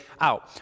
out